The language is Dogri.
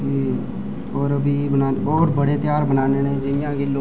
उसी और बी मनांदे और बडे़ त्यार मनान्ने होन्ने जियां कि लोह्ड़ी होई